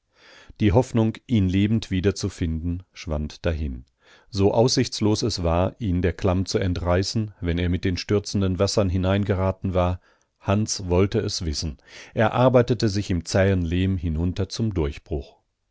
die hoffnung ihn lebend wiederzufinden schwand dahin so aussichtslos es war ihn der klamm zu entreißen wenn er mit den stürzenden wassern hineingeraten war hans wollte es wissen er arbeitete sich im zähen lehm hinunter zum durchbruch